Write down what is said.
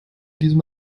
diesem